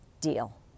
deal